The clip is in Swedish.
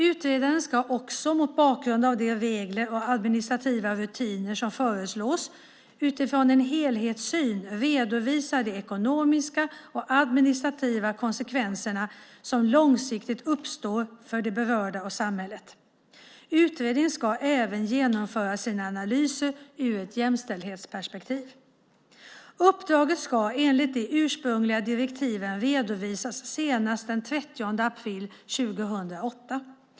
Utredaren ska också mot bakgrund av de regler och administrativa rutiner som föreslås utifrån en helhetssyn redovisa de ekonomiska och administrativa konsekvenser som långsiktigt uppstår för de berörda och samhället. Utredningen ska även genomföra sina analyser ur ett jämställdhetsperspektiv. Uppdraget ska enligt de ursprungliga direktiven redovisas senast den 30 april 2008.